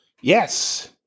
Yes